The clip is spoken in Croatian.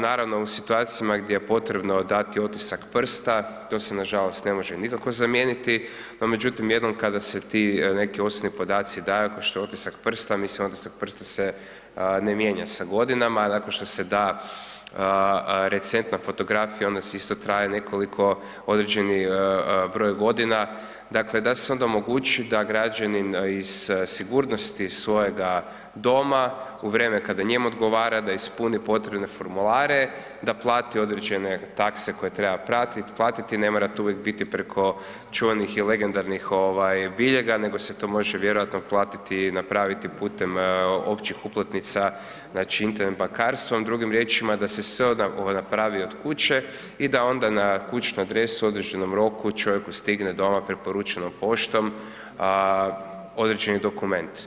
Naravno, u situacijama gdje je potrebno dati otisak prsta, to se nažalost ne može nikako zamijeniti no međutim, jednom kada se ti neki osobni podaci daju kao što je otisak prsta, mislim otisak prsta se ne mijenja sa godinama, nakon što se da recentna fotografija, ona isto traje nekoliko određenih broj godina, dakle da se onda omogući da građanin iz sigurnosti svojega doma u vrijeme kada njemu odgovara, da ispuni potrebne formulare, da plati određene takse koje treba platiti, ne mora to uvijek biti preko čuvenih i legendarnih biljega nego se to može vjerojatno platiti i napraviti putem općih uplatnica, znači Internet bankarstvom, drugim riječima da se sve ovo napravi od kuće i da onda na kućnu adresu u određenom roku, čovjeku stigne preporučenom poštom određeni dokument.